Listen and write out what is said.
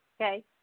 okay